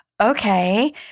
Okay